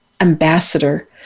ambassador